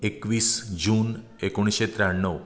एकवीस जून एकुणशें त्र्याणव